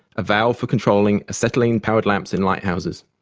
a valve for controlling acetylene-powered lamps in lighthouses.